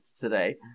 today